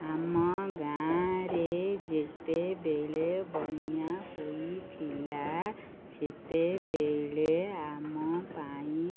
ଆମ ଗାଁ'ରେ ଯେତେବେଳେ ବନ୍ୟା ହୋଇଥିଲା ସେତେବେଳେ ଆମ ପାଇଁ